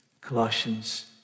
Colossians